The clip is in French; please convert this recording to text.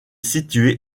situé